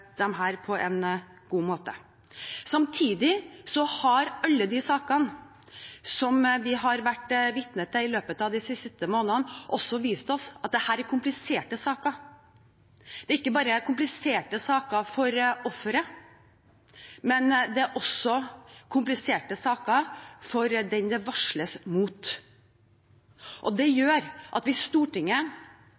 på en god måte. Samtidig har alle de sakene som vi har vært vitne til i løpet av de siste månedene, også vist oss at dette er kompliserte saker. Det er ikke bare kompliserte saker for offeret, men også for den det varsles mot. Det